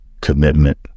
commitment